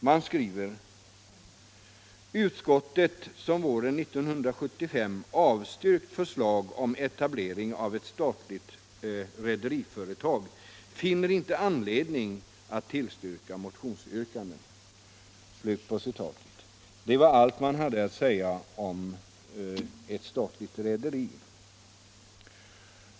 Man skriver: ”Utskottet, som våren 1975 har avstyrkt förslag om etablering av ett statligt rederiföretag, finner inte anledning att tillstyrka motionsyrkandena.” — Det är allt man har att säga om ett statligt rederi.